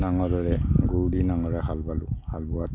নাঙলেৰে গৰু দি নাঙলেৰে হাল বালোঁ হাল বোৱাত